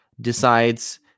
decides